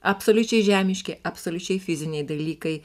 absoliučiai žemiški absoliučiai fiziniai dalykai